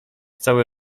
cały